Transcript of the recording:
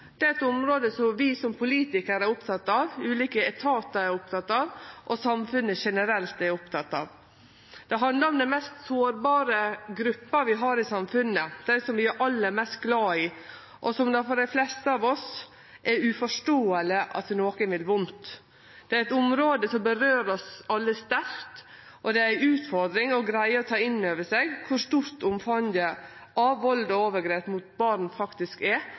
Det er eit område vi som politikarar er opptekne av, ulike etatar er opptekne av, og samfunnet generelt er oppteke av. Det handlar om den mest sårbare gruppa vi har i samfunnet, dei som vi er aller mest glad i, og som det for dei fleste av oss er uforståeleg at nokon vil vondt. Det er eit område som rører oss alle sterkt, og det er ei utfordring å greie å ta inn over seg kor stort omfanget av vald og overgrep mot barn faktisk er,